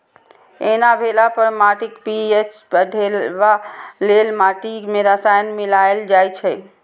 एना भेला पर माटिक पी.एच बढ़ेबा लेल माटि मे रसायन मिलाएल जाइ छै